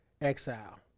exile